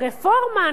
רפורמה,